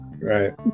Right